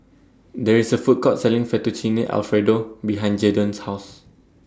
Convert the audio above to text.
There IS A Food Court Selling Fettuccine Alfredo behind Jadon's House